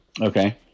Okay